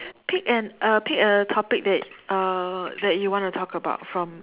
pick an uh pick a topic that uh that you wanna talk about from